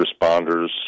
responders